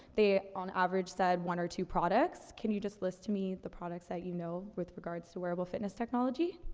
they, on average, said one or two products. can you just list me the products that you know with regards to wearable fitness technology?